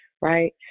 Right